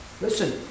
Listen